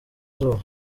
izuba